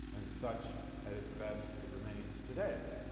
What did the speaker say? and such at its best it remains today.